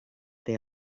they